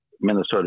Minnesota